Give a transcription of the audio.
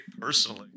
personally